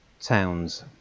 towns